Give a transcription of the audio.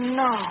no